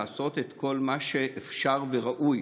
לעשות כל מה שאפשר וראוי.